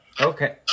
Okay